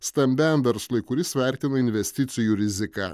stambiajam verslui kuris vertina investicijų riziką